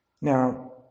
Now